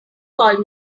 call